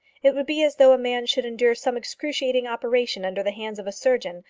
it would be as though a man should endure some excruciating operation under the hands of a surgeon,